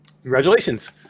Congratulations